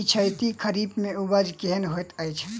पिछैती खरीफ मे उपज केहन होइत अछि?